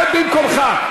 במקומך.